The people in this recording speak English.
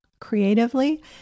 creatively